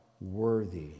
worthy